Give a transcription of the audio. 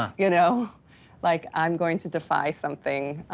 ah you know like, i'm going to defy something